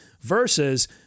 versus